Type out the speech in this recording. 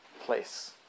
place